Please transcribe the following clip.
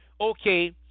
okay